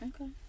Okay